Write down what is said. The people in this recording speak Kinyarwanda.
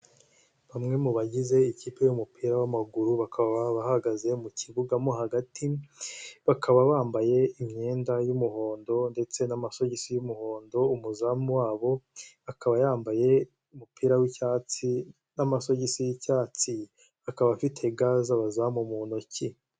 Bamwe mu bagize ikipe y'umupira w'amaguru bakaba bahagaze mu kibuga mo hagati, bakaba bambaye imyenda y'umuhondo ndetse n'amasogisi y'umuhondo, umuzamu wabo akaba yambaye umupira w'icyatsi n'amasogisi y'icyatsi akaba afite na ga z'abazamu mu ntoki.